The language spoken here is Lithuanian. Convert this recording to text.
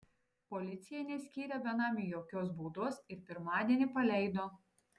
policija neskyrė benamiui jokios baudos ir pirmadienį paleido